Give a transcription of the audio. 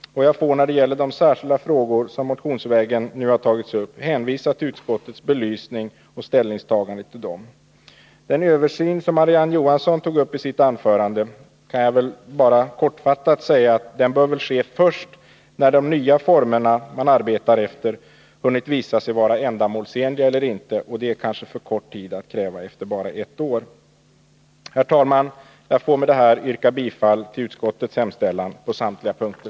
Jag får när det gäller de särskilda frågor som nu har tagits upp motionsvägen hänvisa till utskottets belysning och ställningstagande. Beträffande den översyn som Marie-Ann Johansson tog upp i sitt anförande kan jag väl kortfattat säga att den bör ske först när de nya former som man arbetar efter visat sig vara ändamålsenliga eller ej. Det är kanske för mycket att kräva att detta skall stå klart efter bara ett år. Herr talman! Jag ber att med det sagda få yrka bifall till utskottets hemställan på samtliga punkter.